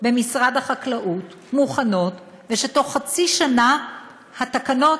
מוכנות במשרד החקלאות ושתוך חצי שנה הן תבואנה,